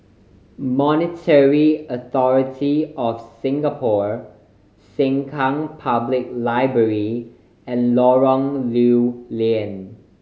Monetary Authority Of Singapore Sengkang Public Library and Lorong Lew Lian